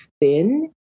thin